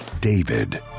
David